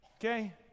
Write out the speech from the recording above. Okay